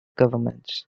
governments